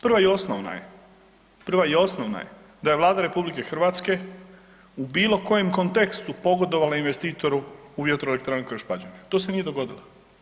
Prva i osnovna je, prva i osnovna je da je Vlada RH u bilo kojem kontekstu pogodovala investitoru u vjetroelektrani Krš-Pađene to se nije dogodilo.